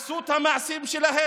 הם עשו את המעשים שלהם,